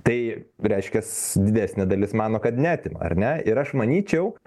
tai reiškias didesnė dalis mano kad neatima ar ne ir aš manyčiau